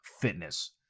Fitness